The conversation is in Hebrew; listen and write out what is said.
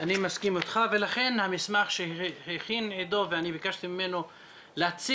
אני מסכים איתך ולכן המסמך שהכין עדו ואני ביקשתי ממנו להציג